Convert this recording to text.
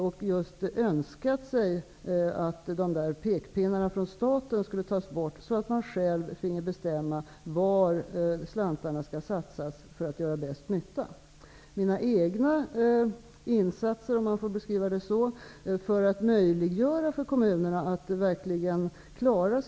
De har önskat att pekpinnarna från staten skulle tas bort, så att de själva finge bestämma var slantarna skall satsas för att göra bäst nytta. Vård och äldreomsorg är mycket viktiga uppgifter för kommunerna, precis som Dan Ericsson tar upp.